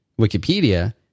Wikipedia